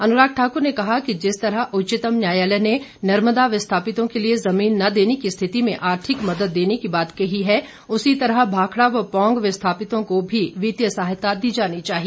अनुराग ठाकुर ने कहा कि जिस तरह उच्चतम न्यायालय ने नर्मदा विस्थापितों के लिए जमीन न देने की स्थिति में आर्थिक मदद देने की बात कही है उसी तरह भाखड़ा व पौंग विस्थापितों को भी वित्तीय सहायता दी जानी चाहिए